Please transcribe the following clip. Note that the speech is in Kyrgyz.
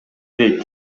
дейт